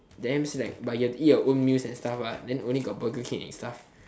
damn slack but you have to eat your own meals and stuff then only got burger king and stuff